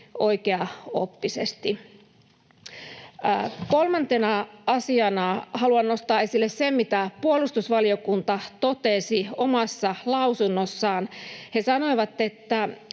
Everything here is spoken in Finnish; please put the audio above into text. oikeaoppisesti. Kolmantena asiana haluan nostaa esille sen, mitä puolustusvaliokunta totesi omassa lausunnossaan. He sanoivat, että